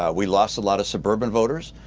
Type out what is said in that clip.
ah we lost a lot of suburban voters.